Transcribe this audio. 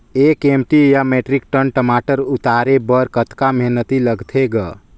एक एम.टी या metric ton टमाटर उतारे बर कतका मेहनती लगथे ग?